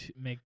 make